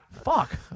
Fuck